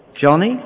Johnny